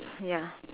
ya